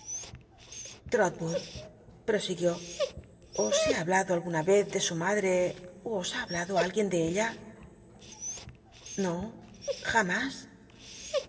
j'rolwood prosiguió os he hablado alguna vez de su madre ú os ha hablado algu ien de cll r no jamás